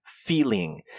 feeling